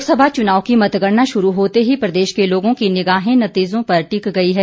लोकसभा चुनाव की मतगणना शुरू होते ही प्रदेश के लोगों की निगाहें नतीजों पर टिक गई है